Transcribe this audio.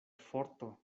forto